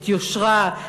את יושרה,